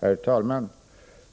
Herr talman!